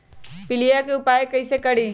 पीलिया के उपाय कई से करी?